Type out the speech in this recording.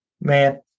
man